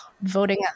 voting